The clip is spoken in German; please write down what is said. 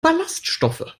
ballaststoffe